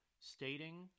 stating